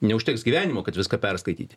neužteks gyvenimo kad viską perskaityti